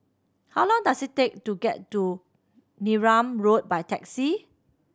how long does it take to get to Neram Road by taxi